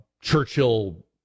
Churchill